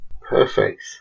perfect